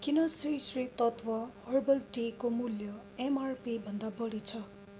किन श्री श्री तत्त्व हर्बल टीको मूल्य एमआरपी भन्दा बढी छ